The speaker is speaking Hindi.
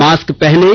मास्क पहनें